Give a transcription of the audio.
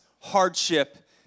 hardship